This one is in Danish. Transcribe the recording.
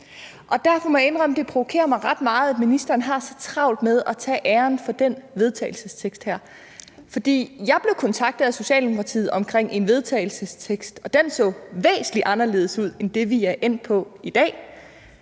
og derfor må jeg indrømme, at det provokerer mig ret meget, at ministeren har så travlt med at tage æren for det her forslag til vedtagelse. For jeg blev kontaktet af Socialdemokratiet omkring et forslag til vedtagelse, der så væsentlig anderledes ud end det, vi er endt på i dag.